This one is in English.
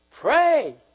Pray